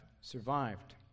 survived